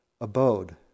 abode